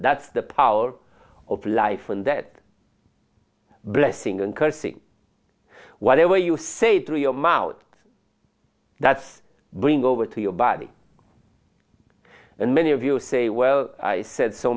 that's the power of life and that blessing and cursing whatever you say three i'm out that's bring over to your body and many of you say well i said so